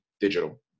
digital